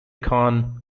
khan